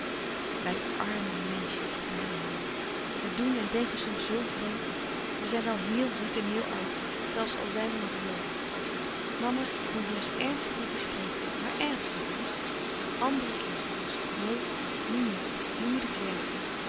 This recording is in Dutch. wij arme menschjes zeide hij we doen en denken soms zoo vreemd we zijn wèl heel ziek en heel oud zelfs al zijn we nog jong mama ik moet eens èrnstig met u spreken maar èrnstig hoor een anderen keer neen nu niet nu moet ik werken